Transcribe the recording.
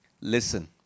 Listen